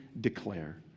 declare